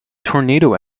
tornado